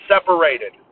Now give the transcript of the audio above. separated